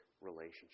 relationship